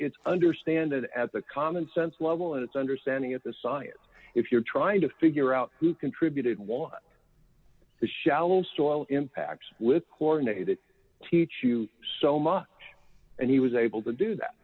its understand at the commonsense level and its understanding at the science if you're trying to figure out who contributed was the shallow soil impacts with coronated teach you so much and he was able to do that